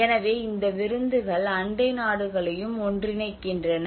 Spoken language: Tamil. எனவே இந்த விருந்துகள் அண்டை நாடுகளையும் ஒன்றிணைக்கின்றன